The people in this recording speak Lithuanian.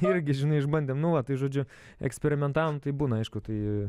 irgi žinai išbandėm nu va tai žodžiu eksperimentavom tai būna aišku tai